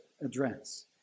address